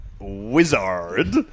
Wizard